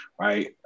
right